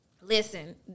listen